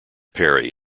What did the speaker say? perry